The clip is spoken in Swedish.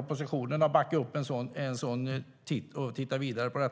Oppositionen är beredd att backa upp att man tittar vidare på det.